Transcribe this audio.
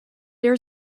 there